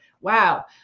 wow